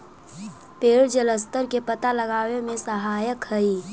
पेड़ जलस्तर के पता लगावे में सहायक हई